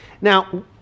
Now